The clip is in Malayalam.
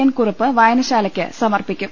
എൻ കുറുപ്പ് വായനശാ ലയ്ക്ക് സമർപ്പിക്കും